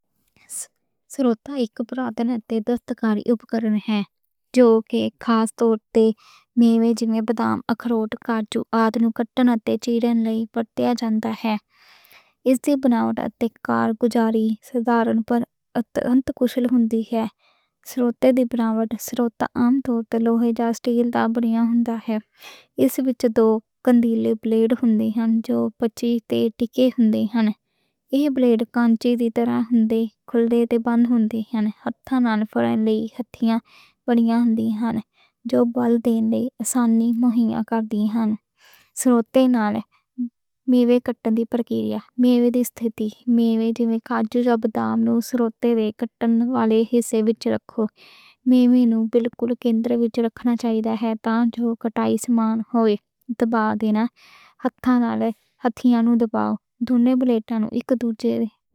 سوؤتہ ایک برانڈ ناتے دستکاری اوپکرن ہے۔ جو کے خاص طور تے میوے جیویں بادام، اخروٹ، کاجو، آدنوں، کٹن اتے جیرن لئی پتیاں جانتا ہے۔ اس دی بناوٹ اتکار گزاری سادھارن پرنتو کوشل ہندی ہے۔ سوؤتے دی بناوٹ سوؤتہ عام توٹھے لوہے جستی لِدا بنی آندا ہے۔ اس وچ دو کندیلے بلیڈ ہندی ہے جو پچّی تے ٹکے ہندی ہے۔ ایہہ بلیڈ کانچی دی طرح ہندے کھول دے تے بند ہندی ہے۔ ہتھے نال فرینڈلی ہتھیا ہوندی ہے۔ جو بال ٹین لئی آسانی مہیا کردی ہوندی ہے۔ سوؤتہ نالے میوے کٹّن دی پرکریا میوے دِسدی ہے۔ میوے جی میوے کاجو جَ بادام نوں سوؤتے دے کٹّن والے حصے وچ رکھو۔ میوے نوں بالکل کِندر وچ رکھو جو کٹائے سمان ہوئے، دبا دے نالے رکھ ہی نوں دبا دِتے بلیڈ ن۔